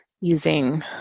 using